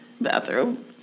Bathroom